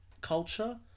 culture